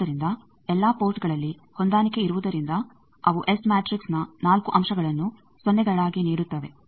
ಆದ್ದರಿಂದ ಎಲ್ಲಾ ಪೋರ್ಟ್ಗಳಲ್ಲಿ ಹೊಂದಾಣಿಕೆಯಿರುವುದರಿಂದ ಅವು ಎಸ್ ಮ್ಯಾಟ್ರಿಕ್ಸ್ ನ 4 ಅಂಶಗಳನ್ನು ಸೊನ್ನೆಗಳಾಗಿ ನೀಡುತ್ತವೆ